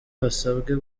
basabwe